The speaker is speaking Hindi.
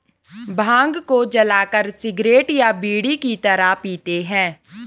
भांग को जलाकर सिगरेट या बीड़ी की तरह पीते हैं